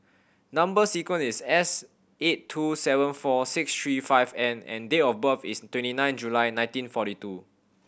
number sequence is S eight two seven four six three five N and date of birth is twenty nine July nineteen forty two